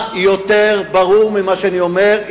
מה יותר ברור ממה שאני אומר?